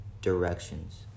directions